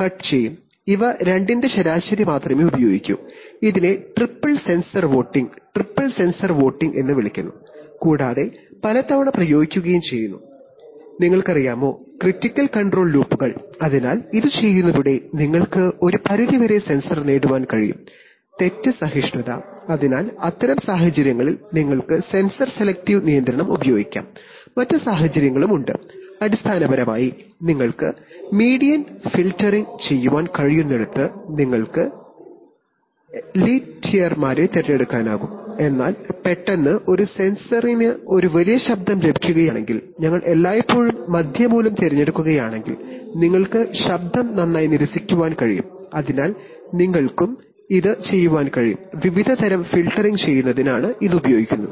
cut ചെയ്യും ഇവ രണ്ടിന്റെ ശരാശരി മാത്രമേ ഉപയോഗിക്കൂ ഇതിനെ triple sensor voting triple sensor voting എന്ന് വിളിക്കുന്നു കൂടാതെ ക്രിട്ടിക്കൽ കൺട്രോൾ ലൂപ്പുകൾ പലതവണ ഇത്പ്രയോഗിക്കുകയും ചെയ്യുന്നു അതിനാൽ ഇത് ചെയ്യുന്നതിലൂടെ നിങ്ങൾക്ക് ഒരു പരിധിവരെ സെൻസർ തെറ്റ് സഹിഷ്ണുത നേടാൻ കഴിയും അതിനാൽ അത്തരം സാഹചര്യങ്ങളിൽ നിങ്ങൾക്ക് സെൻസർ സെലക്ടീവ് നിയന്ത്രണം ഉപയോഗിക്കാം അടിസ്ഥാനപരമായി നിങ്ങൾക്ക് മീഡിയൻ ഫിൽട്ടറിംഗ് ചെയ്യാൻ കഴിയുന്നിടത്ത് നിങ്ങൾക്ക് out ട്ട്ലിയർമാരെ തിരഞ്ഞെടുക്കാനാകും പെട്ടെന്ന് ഒരു സെൻസറിന് ഒരു വലിയ ശബ്ദം ലഭിക്കുകയാണെങ്കിൽ നമ്മൾ എല്ലായ്പ്പോഴും മധ്യമൂല്യം തിരഞ്ഞെടുക്കുകയാണെങ്കിൽ നമുക്ക്ശബ്ദം നന്നായി നിരസിക്കാൻ കഴിയും അതിനാൽ വിവിധ തരം ഫിൽട്ടറിംഗ് ചെയ്യുന്നതിന് ഇത് ഉപയോഗിക്കാം